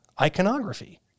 iconography